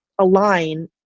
align